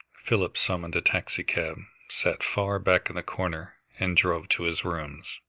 philip summoned a taxicab, sat far back in the corner, and drove to his rooms.